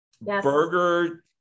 burger